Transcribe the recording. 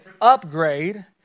upgrade